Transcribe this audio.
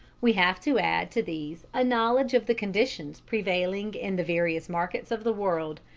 we have to add to these a knowledge of the conditions prevailing in the various markets of the world,